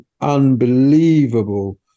unbelievable